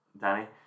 Danny